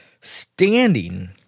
standing